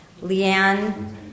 Leanne